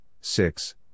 six